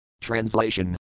Translation